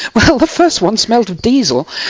well the first one smelled of diesel,